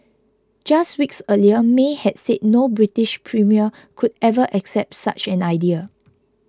just weeks earlier May had said no British premier could ever accept such an idea